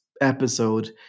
episode